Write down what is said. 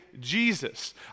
Jesus